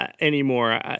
anymore